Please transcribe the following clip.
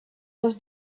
was